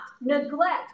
neglect